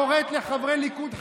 קוראת לחברי ליכוד "חלאות",